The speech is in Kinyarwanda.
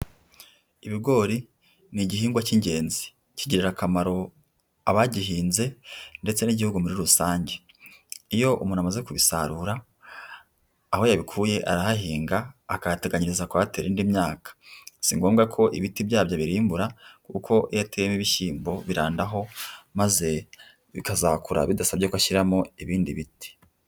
Ibigori ni igihingwa cy'ingenzi kigirira akamaro abagihinze ndetse n'igihugu muri rusange. Iyo umuntu amaze kubisarura, aho yabikuye arahahinga akahateganyiriza kuhatera indi myaka. Si ngombwa ko ibiti byabyo abirimbura kuko iyo ateyemo ibishyimbo birandaho maze bikazakura bidasabye ko ashyiramo ibindi biti.